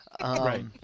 Right